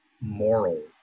moral